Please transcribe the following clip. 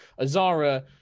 Azara